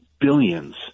billions